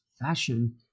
fashion